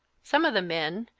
some of the men,